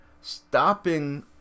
stopping